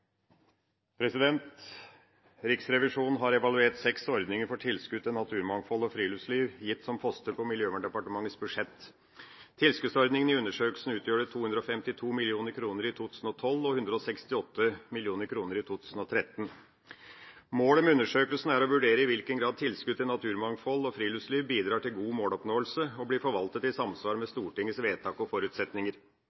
ordet. Riksrevisjonen har evaluert seks ordninger for tilskudd til naturmangfold og friluftsliv, gitt som poster på Miljøverndepartementets budsjett. Tilskuddsordningene i undersøkelsen utgjorde 252 mill. kr i 2012 og 168 mill. kr i 2013. «Målet med undersøkelsen har vært å vurdere i hvilken grad tilskudd til naturmangfold og friluftsliv bidrar til god måloppnåelse og blir forvaltet i samsvar med